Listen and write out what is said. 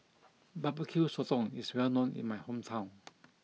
Barbecue Sotong is well known in my hometown